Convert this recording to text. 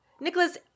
Nicholas